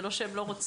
זה לא שהן לא רוצות,